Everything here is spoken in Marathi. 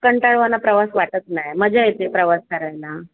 कंटाळवाणा प्रवास वाटत नाही मजा येते प्रवास करायला